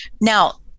now